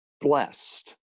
blessed